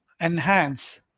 enhance